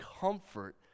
comfort